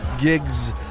gigs